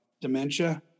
dementia